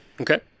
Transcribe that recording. Okay